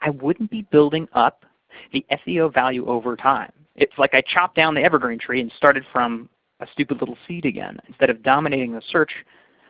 i wouldn't be building up the seo value over time. it's like i chopped down the evergreen tree and started from a stupid little seed again instead of dominating the search